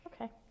Okay